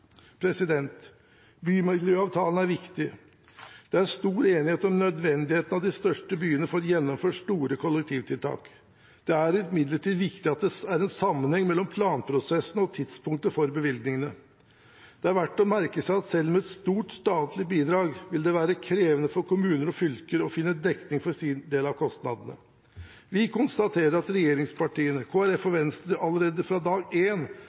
er viktige. Det er stor enighet om nødvendigheten av at de største byene får gjennomført store kollektivtiltak. Det er imidlertid viktig at det er sammenheng mellom planprosessene og tidspunktet for bevilgningene. Det er verdt å merke seg at selv med et stort statlig bidrag vil det være krevende for kommuner og fylker å finne dekning for sin del av kostnadene. Vi konstaterer at regjeringspartiene, Kristelig Folkeparti og Venstre allerede fra dag